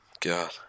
God